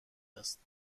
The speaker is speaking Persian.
است